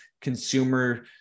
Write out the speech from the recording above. consumer